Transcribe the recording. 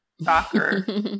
soccer